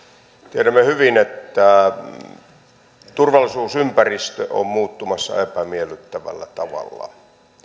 tiedämme hyvin että turvallisuusympäristö on muuttumassa epämiellyttävällä tavalla